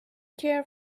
care